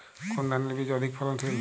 কোন ধানের বীজ অধিক ফলনশীল?